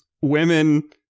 women